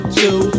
two